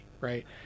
right